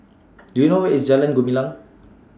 Do YOU know Where IS Jalan Gumilang